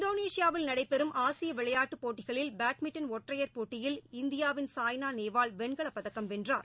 இந்தோனேஷியாவில் நடைபெறும் ஆசிய விளையாட்டுப்போட்டிகளில் பேட்மின்டன் ஒற்றையர் போட்டியில் இந்தியாவின் சாய்னா நேவால் வெண்கல பதக்கம் வென்றார்